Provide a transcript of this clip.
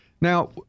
Now